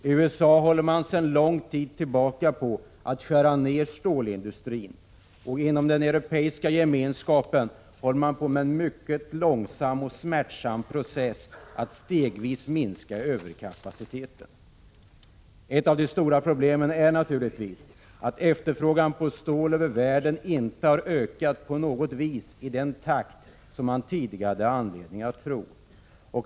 I USA håller man sedan lång tid tillbaka på att skära ned stålindustrin och inom den Europeiska gemenskapen håller man på med en mycket långsam och smärtsam process för att stegvis minska överkapaciteten. Ett av de stora problemen är naturligtvis att efterfrågan på stål i världen inte på något vis har ökat i den takt som man tidigare hade anledning att förvänta.